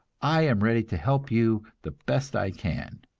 i am ready to help you the best i can.